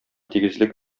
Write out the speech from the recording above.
тигезлек